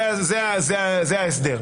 זה ההסדר.